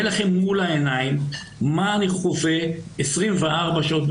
לכם מול העיניים מה אני חווה 24 שעות,